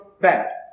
bad